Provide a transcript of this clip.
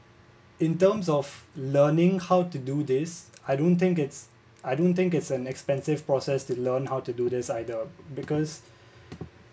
in terms of learning how to do this I don't think it's I don't think it's an expensive process to learn how to do this either because